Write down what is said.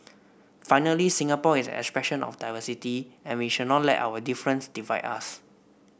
finally Singapore is an expression of diversity and we should not let our difference divide us